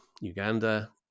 Uganda